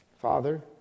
Father